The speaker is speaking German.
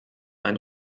ein